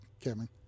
kevin